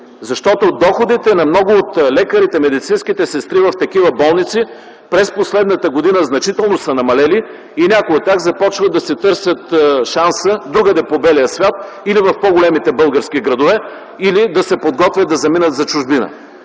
Защото доходите на много от лекарите и медицинските сестри в такива болници през последната година значително са намалели и някои от тях започват да си търсят шанса другаде по белия свят или в по-големите български градове, или да се подготвят да заминат за чужбина.